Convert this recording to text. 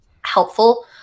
helpful